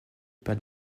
par